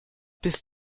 bist